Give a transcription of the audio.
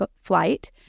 flight